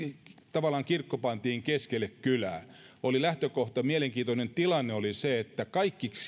tavallaan kirkko pantiin keskelle kylää lähtökohta oli mielenkiintoinen tilanne oli se että kaikki